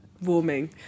warming